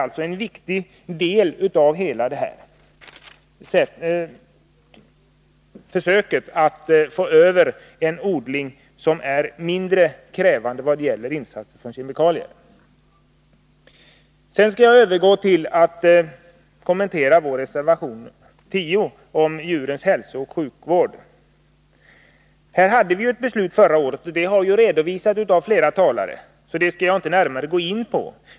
Det är en viktig del av hela försöket att gå över till en odling som är mindre krävande i fråga om insatser av kemikalier. Sedan skall jag övergå till att kommentera vår reservation 10 om djurens hälsooch sjukvård. Här fattades ju ett beslut förra året. Detta har redovisats av flera talare, så det skall jag inte gå närmare in på.